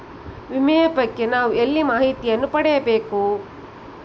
ವಿಮೆಯ ಬಗ್ಗೆ ನಾವು ಎಲ್ಲಿ ಮಾಹಿತಿಯನ್ನು ಪಡೆಯಬೇಕು?